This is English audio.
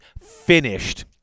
finished